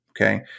Okay